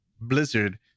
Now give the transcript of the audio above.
Blizzard